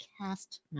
cast